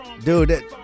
Dude